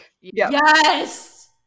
Yes